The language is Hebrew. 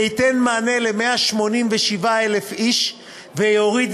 זה ייתן מענה ל-187,000 איש ויפחית